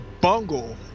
bungle